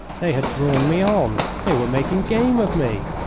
they had drawn me on. they were making game of me.